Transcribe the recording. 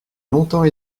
longtemps